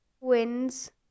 wins